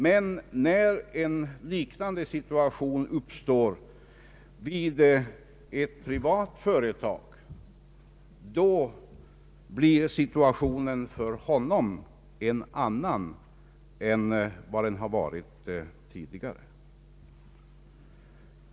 Men när en liknande situation uppstår vid ett privat företag blir läget för honom ett annat än det varit tidigare.